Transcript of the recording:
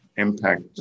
Impact